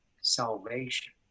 salvation